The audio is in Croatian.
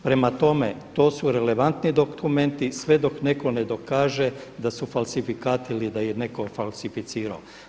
Prema tome, to su relevantni dokumenti sve dok netko ne dokaže da su falsifikat ili da ih je netko falsificirao.